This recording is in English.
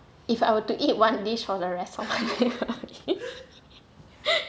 if I were to eat one dish for the rest my life I will ea~